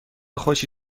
خوشی